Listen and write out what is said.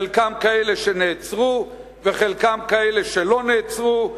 חלקם כאלה שנעצרו וחלקם כאלה שלא נעצרו,